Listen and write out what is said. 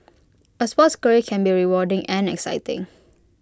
A sports career can be rewarding and exciting